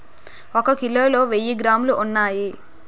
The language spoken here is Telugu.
ఒక కిలోలో వెయ్యి గ్రాములు ఉన్నాయి